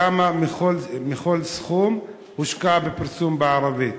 כמה מכל סכום הושקע בפרסום בערבית?